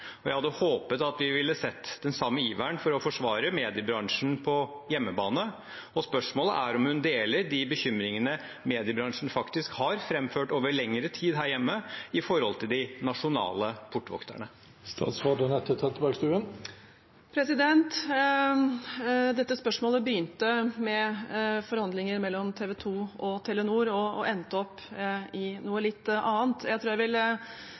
og jeg hadde håpet at vi ville sett den samme iveren etter å forsvare mediebransjen på hjemmebane. Spørsmålet er om hun deler de bekymringene mediebransjen faktisk har framført over lengre tid her hjemme når det gjelder de nasjonale portvokterne. Dette spørsmålet begynte med forhandlinger mellom TV 2 og Telenor og endte opp i noe litt annet. Jeg tror jeg vil